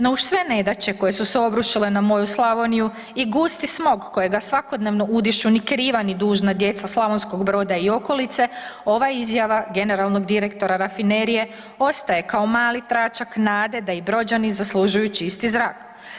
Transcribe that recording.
No uz sve nedaće koje su se obrušile na moju Slavoniju i gusti smog kojega svakodnevno udišu ni kriva ni dužna djeca Slavonskog Broda i okolice, ova izjava generalnog direktora rafinerije, ostaje kao mali tračak nade da i Brođani zaslužuju čisti zrak.